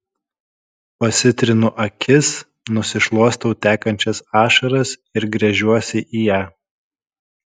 pasitrinu akis nusišluostau tekančias ašaras ir gręžiuosi į ją